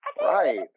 Right